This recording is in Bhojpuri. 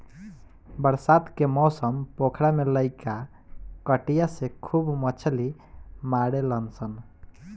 बरसात के मौसम पोखरा में लईका कटिया से खूब मछली मारेलसन